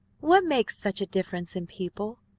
what makes such a difference in people?